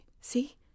See